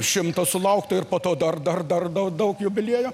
šimto sulauktų ir po to dar dar dar daug daug jubiliejų